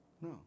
No